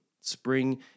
Spring